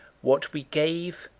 what we gave,